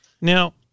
Now